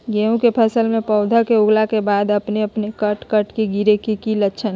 गेहूं के फसल में पौधा के उगला के बाद अपने अपने कट कट के गिरे के की लक्षण हय?